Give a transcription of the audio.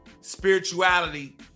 spirituality